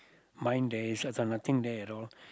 mine there is nothing there at all